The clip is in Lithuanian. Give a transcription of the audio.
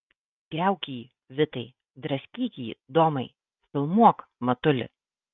griauk jį vitai draskyk jį domai filmuok matuli